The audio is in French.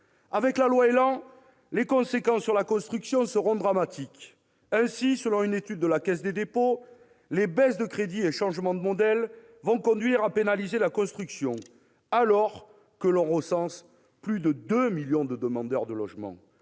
Avec la loi ÉLAN, les conséquences sur la construction seront dramatiques. Ainsi, selon une étude de la Caisse des dépôts et consignations, les baisses de crédits et les changements de modèle vont conduire à pénaliser la construction, alors que l'on recense plus de 2 millions de demandeurs de logement.